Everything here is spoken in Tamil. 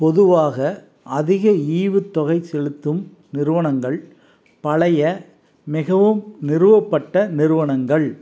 பொதுவாக அதிக ஈவுத்தொகை செலுத்தும் நிறுவனங்கள் பழைய மிகவும் நிறுவப்பட்ட நிறுவனங்கள்